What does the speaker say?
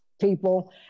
people